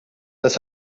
das